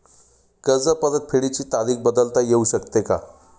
कर्ज परतफेडीची तारीख बदलता येऊ शकते का?